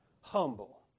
Humble